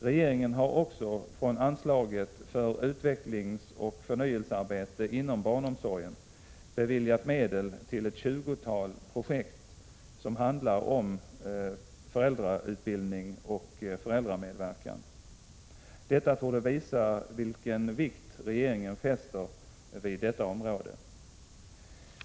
Regeringen har också från anslaget för utvecklingsoch förnyelsearbete inom barnomsorgen beviljat medel till ett tjugotal projekt som handlar om föräldrautbildning och föräldramedverkan. Detta torde visa vilken vikt regeringen fäster vid detta område.